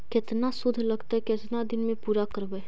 केतना शुद्ध लगतै केतना दिन में पुरा करबैय?